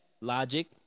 Logic